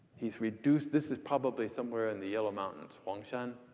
he's reduced this is probably somewhere in the yellow mountains. huangshan.